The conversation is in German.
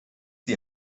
die